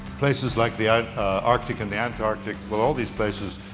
places like the ah arctic and the antarctic, well, all these places